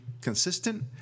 consistent